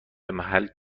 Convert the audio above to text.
محل